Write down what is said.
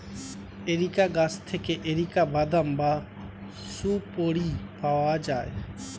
areca গাছ থেকে areca বাদাম বা সুপোরি পাওয়া যায়